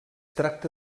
tracta